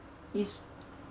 is